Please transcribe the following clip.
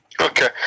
Okay